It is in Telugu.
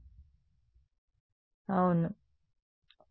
విద్యార్థి మాకు h మరియు u మధ్య సంబంధం ఉంది